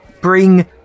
Bring